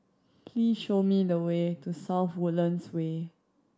please show me the way to South Woodlands Way